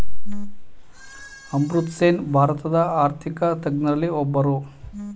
ಅಮರ್ತ್ಯಸೇನ್ ಭಾರತದ ಆರ್ಥಿಕ ತಜ್ಞರಲ್ಲಿ ಒಬ್ಬರು